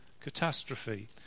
catastrophe